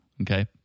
Okay